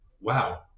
wow